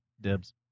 Dibs